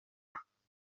ubuziranenge